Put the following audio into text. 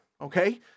Okay